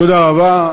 תודה רבה.